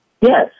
Yes